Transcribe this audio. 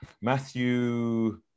Matthew